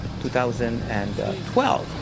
2012